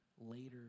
later